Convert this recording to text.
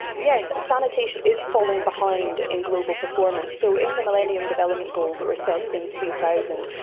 yes, sanitation is falling behind in global performance. so in the millennium development goals that were set in two thousand,